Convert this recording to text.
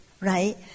right